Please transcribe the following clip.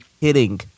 kidding